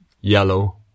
yellow